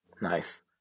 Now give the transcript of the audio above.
Nice